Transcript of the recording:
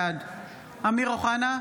בעד אמיר אוחנה,